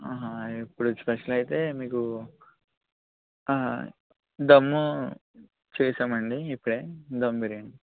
ఇప్పుడు స్పెషల్ అయితే మీకు దమ్ చేసాం అండి ఇప్పుడే దమ్ బిర్యానీ